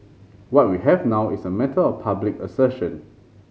what we have now is a matter of public assertion